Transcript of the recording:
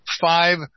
five